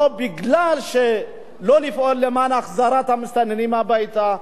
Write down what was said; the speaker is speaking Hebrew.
לא מפני שלא צריך לפעול למען החזרת המסתננים הביתה,